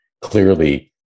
clearly